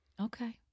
Okay